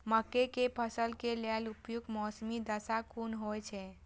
मके के फसल के लेल उपयुक्त मौसमी दशा कुन होए छै?